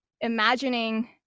imagining